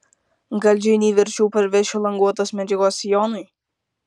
gal džeinei verčiau parvešiu languotos medžiagos sijonui